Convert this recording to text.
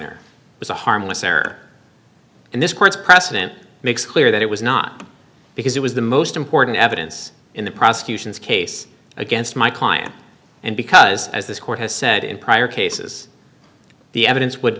reiner was a harmless error and this court's precedent makes clear that it was not because it was the most important evidence in the prosecution's case against my client and because as this court has said in prior cases the evidence w